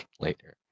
Later